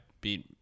beat